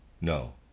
No